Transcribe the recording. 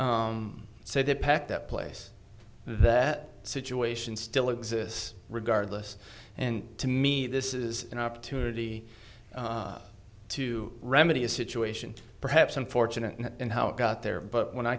so they packed that place that situation still exists regardless and to me this is an opportunity to remedy a situation perhaps unfortunate and how it got there but when i